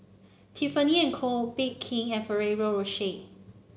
Tiffany And Co Bake King and Ferrero Rocher